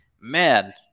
Man